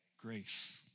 Grace